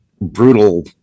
brutal